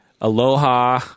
Aloha